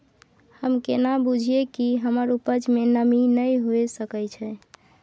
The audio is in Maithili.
हम केना बुझीये कि हमर उपज में नमी नय हुए सके छै?